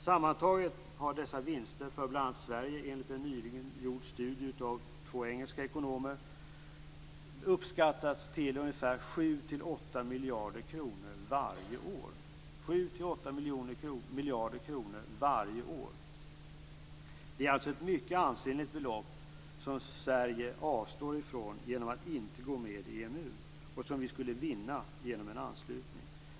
Sammantaget har dessa vinster för bl.a. Sverige enligt en nyligen gjord studie av två engelska ekonomer uppskattats till 7-8 miljarder kronor varje år. Det är alltså ett mycket ansenligt belopp som Sverige avstår från genom att inte gå med i EMU och som vi skulle vinna genom en anslutning.